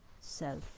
self